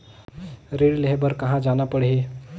ऋण लेहे बार कहा जाना पड़ही?